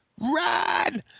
run